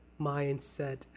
mindset